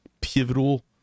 pivotal